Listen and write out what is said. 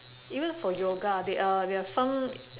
even for yoga they are there are some